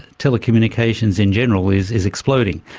telecommunications in general is is exploding.